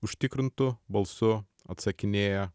užtikrintu balsu atsakinėja